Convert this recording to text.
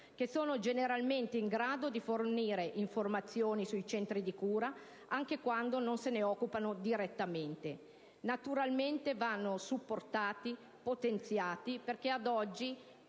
che sono generalmente in grado di fornire informazioni sui centri di cura anche quando non se ne occupano direttamente. Naturalmente, vanno supportati e potenziati, dato che ad oggi,